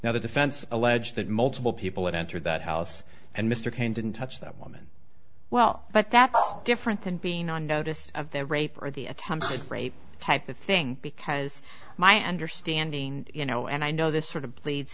now the defense allege that multiple people entered that house and mr cain didn't touch that woman well but that's different than being on notice of the rape or the attempted rape type of thing because my understanding you know and i know this sort of plea